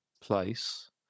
place